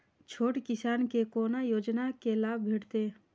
छोट किसान के कोना योजना के लाभ भेटते?